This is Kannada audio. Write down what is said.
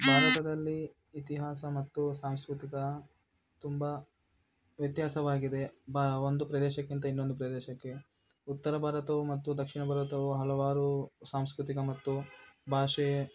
ಭಾರತದಲ್ಲಿ ಇತಿಹಾಸ ಮತ್ತು ಸಾಂಸ್ಕೃತಿಕ ತುಂಬ ವ್ಯತ್ಯಾಸವಾಗಿದೆ ಬಾ ಒಂದು ಪ್ರದೇಶಕ್ಕಿಂತ ಇನ್ನೊಂದು ಪ್ರದೇಶಕ್ಕೆ ಉತ್ತರ ಭಾರತವು ಮತ್ತು ದಕ್ಷಿಣ ಭಾರತವು ಹಲವಾರು ಸಾಂಸ್ಕೃತಿಕ ಮತ್ತು ಭಾಷೆ